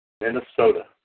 Minnesota